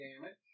damage